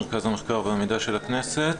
מרכז המחקר והמידע של הכנסת.